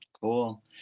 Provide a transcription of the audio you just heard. cool